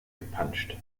gepanscht